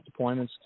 deployments